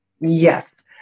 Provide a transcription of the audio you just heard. Yes